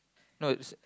no is